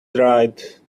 dried